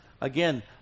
again